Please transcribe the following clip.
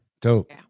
Dope